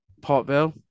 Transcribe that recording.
Portville